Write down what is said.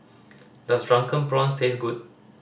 does Drunken Prawns taste good